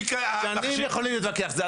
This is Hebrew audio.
שנים יכולים להתווכח על זה.